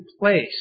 place